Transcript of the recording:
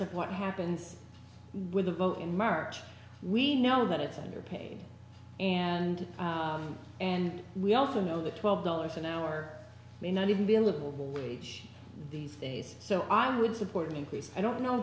of what happens with the vote in march we know that it's underpaid and and we also know that twelve dollars an hour may not even billable wage these days so i would support an increase i don't know